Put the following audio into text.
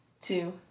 Two